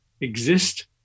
exist